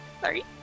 Sorry